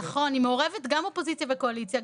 נכון והיא מעורבת גם אופוזיציה וקואליציה,